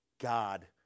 God